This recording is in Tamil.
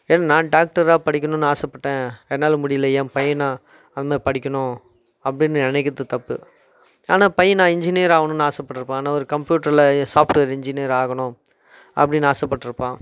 ஏன் நான் டாக்டராக படிக்கணுன்னு ஆசைப்பட்டேன் என்னால் முடியலை என் பையனா அந்த படிக்கணும் அப்படினு நினைக்கிறது தப்பு ஆனால் பையன் நான் இன்ஜினியர் ஆகணுன்னு ஆசைப்பட்டுருப்பான் நான் ஒரு கம்ப்யூட்டரில் சாஃப்ட்வேர் இன்ஜினியர் ஆகணும் அப்படினு ஆசைப்பட்டுருப்பான்